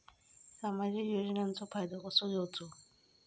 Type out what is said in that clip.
सामाजिक योजनांचो फायदो कसो घेवचो?